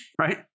Right